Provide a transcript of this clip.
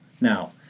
Now